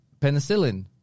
Penicillin